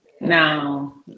No